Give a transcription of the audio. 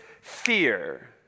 Fear